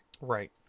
Right